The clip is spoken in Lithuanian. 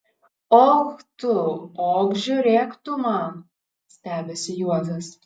och tu och žiūrėk tu man stebisi juozas